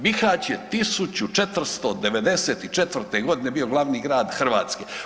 Bihać je 1494. godine bio glavni grad Hrvatske.